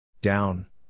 Down